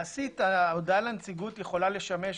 מעשית הנציגות יכולה לפנות